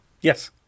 Yes